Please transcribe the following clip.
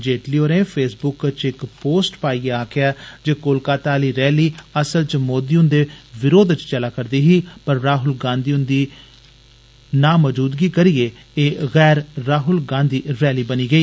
जेटली होरें फेसबुक च इक पोस्ट पाइये आक्खेआ ऐ जे कोलकत्ता आली रैली असल च मोदी हुन्दे विरोध च रैली ही पर राहुल गांधी हुन्दी नामौजूदगी करिये एह् गैर राहुल गांधी रैली बनी गेई